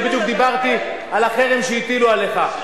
בדיוק דיברתי על החרם שהטילו עליך,